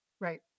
right